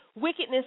Wickedness